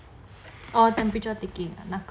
orh temperature taking 那个